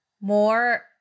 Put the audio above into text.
more